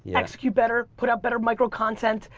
execute better, put up better micro-content.